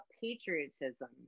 patriotism